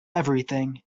everything